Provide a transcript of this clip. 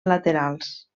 laterals